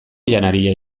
janaria